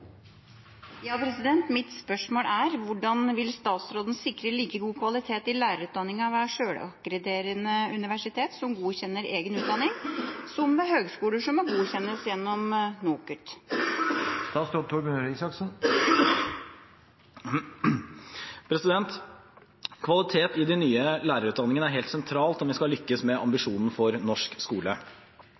Mitt spørsmål er: «Hvordan vil statsråden sikre like god kvalitet i lærerutdanninga ved selvakkrediterende universitet og høgskoler som godkjenner egen utdanning, som ved høgskoler som må godkjennes gjennom NOKUT?» Kvalitet i de nye lærerutdanningene er helt sentralt om vi skal lykkes med ambisjonene for norsk skole,